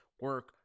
Work